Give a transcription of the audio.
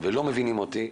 ולא מבינים אתי.